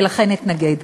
ולכן אתנגד.